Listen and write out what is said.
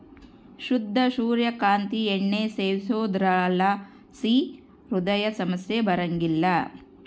ಶುದ್ಧ ಸೂರ್ಯ ಕಾಂತಿ ಎಣ್ಣೆ ಸೇವಿಸೋದ್ರಲಾಸಿ ಹೃದಯ ಸಮಸ್ಯೆ ಬರಂಗಿಲ್ಲ